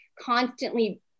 constantly